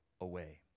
away